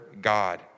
God